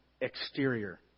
exterior